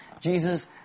Jesus